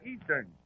Eastern